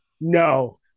no